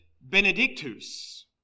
Benedictus